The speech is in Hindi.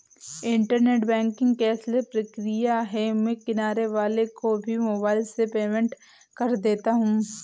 इन्टरनेट बैंकिंग कैशलेस प्रक्रिया है मैं किराने वाले को भी मोबाइल से पेमेंट कर देता हूँ